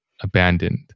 abandoned